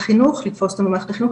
לתפוס אותם במערכת החינוך,